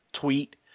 tweet